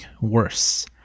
worse